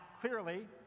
clearly